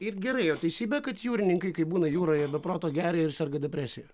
ir gerai o teisybė kad jūrininkai kai būna jūroje be proto geria ir serga depresija